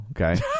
okay